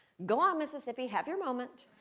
go on, mississippi. have your moment.